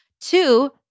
Two